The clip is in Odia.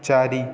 ଚାରି